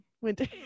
Winter